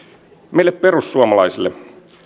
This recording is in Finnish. meille perussuomalaisille